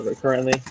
currently